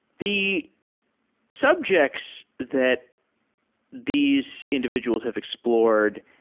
the subjects that these individuals have explored,